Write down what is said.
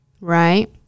Right